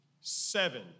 seven